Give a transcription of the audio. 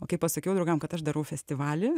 o kai pasakiau draugam kad aš darau festivalį